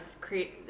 create